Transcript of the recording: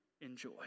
enjoy